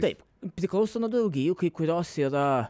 taip priklauso nuo draugijų kai kurios yra